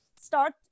Start